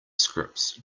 scripts